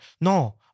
No